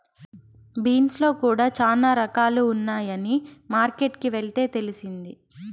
beans లో కూడా చానా రకాలు ఉన్నాయని మార్కెట్ కి వెళ్తే తెలిసింది